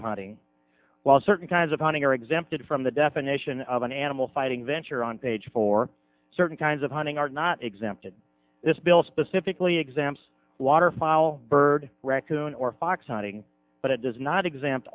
of hunting wild certain kinds of hunting are exempted from the definition of an animal fighting venture on page for certain kinds of hunting are not exempt in this bill specifically exams waterfowl bird raccoon or fox hunting but it does not exempt